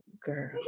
girl